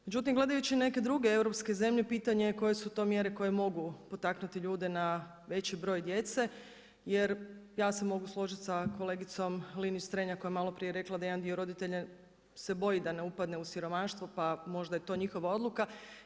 Međutim, gledajući neke druge europske zemlje, pitanje je koje su to mjere koje mogu potaknuti ljude na veći broj djece jer ja se mogu složiti sa kolegicom Linić-Strenja koja je maloprije rekla da jedan dio roditelja se boji da ne upadne u siromaštvo pa možda je to njihova odluka.